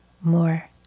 more